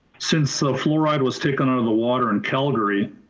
since the fluoride was taken out of the water in calgary,